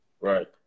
Right